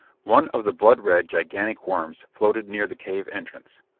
one of the blood red, gigantic worms floated near the cave entrance.